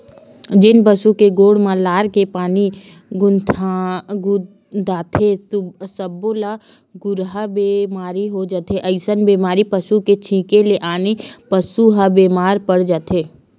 जेन पसु के गोड़ म लार के पानी खुंदाथे सब्बो ल खुरहा बेमारी हो जाथे अइसने बेमारी पसू के छिंके ले आने पसू ह बेमार पड़ जाथे